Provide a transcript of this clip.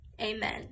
amen